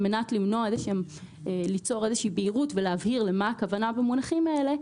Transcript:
על מנת ליצור איזושהי בהירות ולהבהיר למה הכוונה במונחים האלה,